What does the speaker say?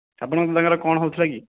ଆପଣଙ୍କ ତାଙ୍କର କ'ଣ ହେଉଥିଲାକି